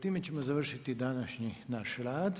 Time ćemo završiti današnji naš rad.